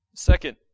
Second